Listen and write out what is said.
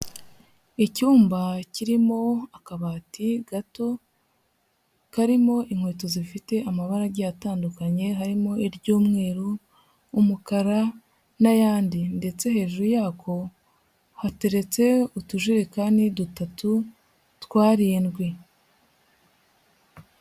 Icyumba kirimo akabati gato karimo inkweto zifite amabara agiye atandukanye harimo iry'umweru, umukara n'ayandi ndetse hejuru yako hateretse utujerekani dutatu tw'arindwi.